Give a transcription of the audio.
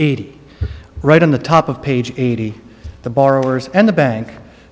eighty right on the top of page eighty the borrowers and the bank